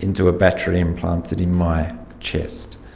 into a battery implanted in my chest.